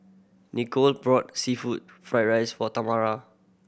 Nicolette brought seafood fried rice for Tamara